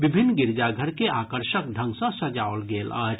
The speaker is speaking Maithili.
विभिन्न गिरिजाघर के आकर्षक ढंग सँ सजाओल गेल अछि